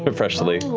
but freshly.